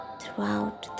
throughout